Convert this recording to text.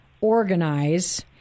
organize